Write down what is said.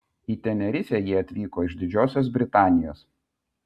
į tenerifę jie atvyko iš didžiosios britanijos